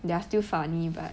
they're still funny but